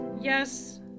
yes